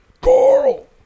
Carl